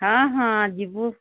ହଁ ହଁ ଯିବୁ